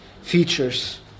features